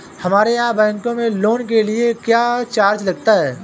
हमारे यहाँ बैंकों में लोन के लिए क्या चार्ज लगता है?